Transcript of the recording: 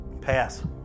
Pass